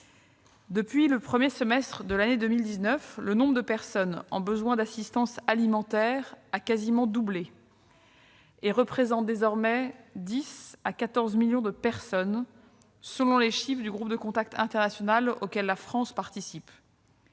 Depuis le premier semestre de l'année 2019, le nombre de personnes en besoin d'assistance alimentaire a quasiment doublé et représente désormais 10 millions à 14 millions de personnes, selon les chiffres du groupe de contact international auquel la France participe.